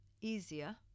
Easier